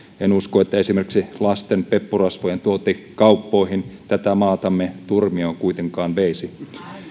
en usko että esimerkiksi lasten peppurasvojen tuonti kauppoihin tätä maatamme turmioon kuitenkaan veisi